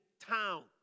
town